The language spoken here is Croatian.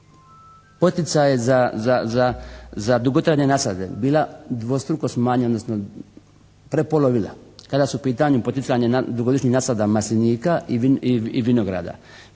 poticaje za dugotrajne nasade bila dvostruko smanjena, odnosno prepolovila kada su u pitanju poticanje na dugogodišnje poticanje maslinika i vinograda.